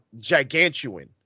gigantuan